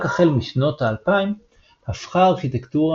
רק החל מתחילת שנות ה-2000 הפכה ארכיטקטורה